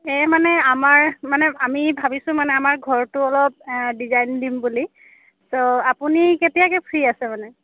এ মানে আমাৰ মানে আমি ভাবিছোঁ মানে আমাৰ ঘৰটো অলপ ডিজাইন দিম বুলি তো আপুনি কেতিয়াকৈ ফ্ৰী আছে মানে